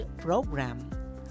program